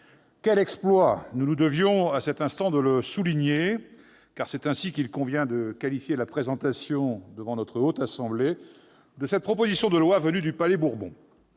quel exploit ! Nous nous devions, en cet instant, de le souligner. « Exploit », c'est ainsi qu'il convient de qualifier la présentation, devant notre Haute Assemblée, de cette proposition de loi venue du Palais-Bourbon.